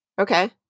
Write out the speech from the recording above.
Okay